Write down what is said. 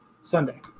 Sunday